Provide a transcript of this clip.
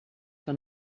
que